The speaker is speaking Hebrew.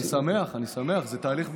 אני שמח, אני שמח, זה תהליך מבורך.